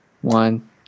one